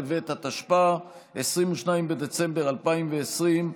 התש"ף 2020,